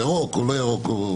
ירוק או לא ירוק.